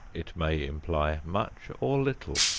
it may imply much or little,